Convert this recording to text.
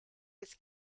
its